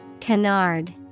Canard